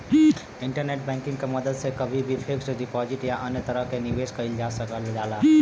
internet banking क मदद से कभी भी फिक्स्ड डिपाजिट या अन्य तरह क निवेश कइल जा सकल जाला